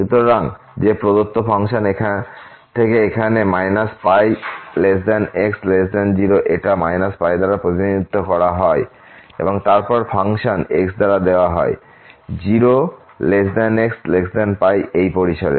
সুতরাং যে প্রদত্ত ফাংশন থেকে এখানে πx0 এটা π দ্বারা প্রতিনিধিত্ব করা হয় এবং তারপর ফাংশন xদ্বারা দেওয়া হয় 0xπ এই পরিসরে